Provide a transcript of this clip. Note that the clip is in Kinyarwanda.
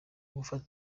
gufata